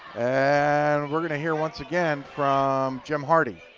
and we are going to hear once again from jim hardy.